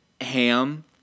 ham